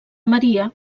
maria